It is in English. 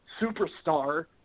superstar